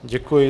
Děkuji.